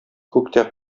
күктә